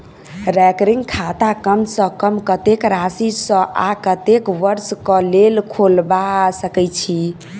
recurring खाता कम सँ कम कत्तेक राशि सऽ आ कत्तेक वर्ष कऽ लेल खोलबा सकय छी